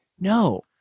No